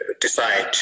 decide